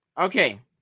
Okay